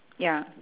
ya